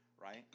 right